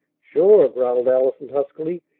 sure! growled allison huskily.